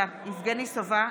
סובה,